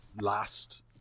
last